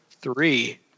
three